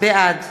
בעד